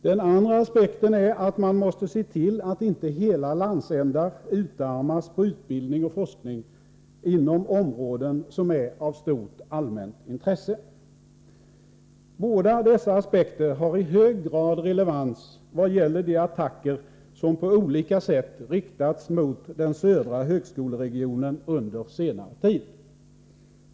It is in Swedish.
Den andra aspekten är att man måste se till att inte hela landsändar utarmas på utbildning och forskning inom områden som är av stort allmänt intresse. Båda dessa aspekter har i hög grad relevans vad gäller de attacker som på olika sätt riktats mot den södra högskoleregionen under senare tid.